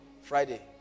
Friday